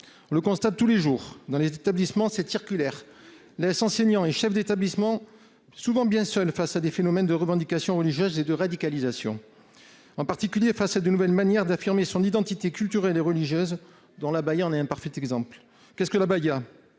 on constate tous les jours dans les établissements que cette circulaire laisse souvent enseignants et chefs d'établissement bien seuls face à des phénomènes de revendication religieuse et de radicalisation, en particulier face à de nouvelles manières d'affirmer son identité culturelle et religieuse, dont l'abaya est un parfait exemple. De quoi s'agit-il ?